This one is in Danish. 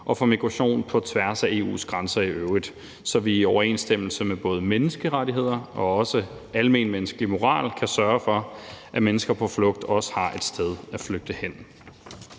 og for migration på tværs af EU's grænser i øvrigt, så vi i overensstemmelse med både menneskerettigheder og også almenmenneskelig moral kan sørge for, at mennesker på flugt også har et sted at flygte hen.